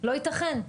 לא ייתכן.